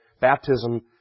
baptism